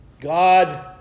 God